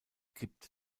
gibt